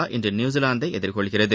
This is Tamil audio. தோன் இன்றுநியூசிலாந்தைஎதிர்கொள்கிறது